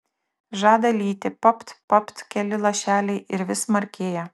žada lyti papt papt keli lašeliai ir vis smarkėja